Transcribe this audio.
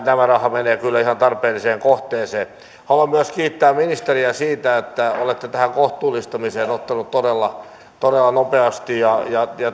tämä raha menee kyllä ihan tarpeelliseen kohteeseen haluan myös kiittää ministeriä siitä että olette tähän kohtuullistamiseen ottanut todella todella nopeasti ja